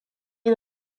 une